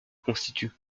constituent